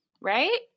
Right